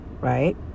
right